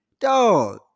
Dog